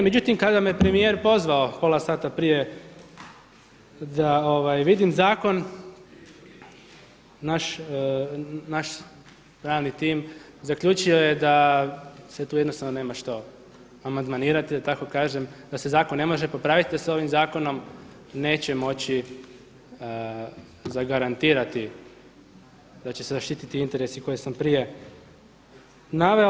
Međutim, kada me premijer pozvao pola sata prije da vidim zakon naš pravni tim zaključio je da se tu jednostavno nema što amandmanirati da tako kažem, da se zakon ne može popraviti, da se ovim zakonom neće moći zagarantirati da će se zaštititi interesi koje sam prije naveo.